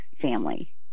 family